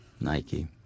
Nike